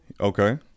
Okay